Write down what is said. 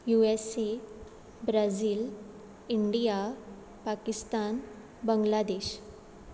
USA Brazil India Pakistan Bangladesh